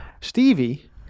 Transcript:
stevie